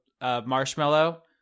Marshmallow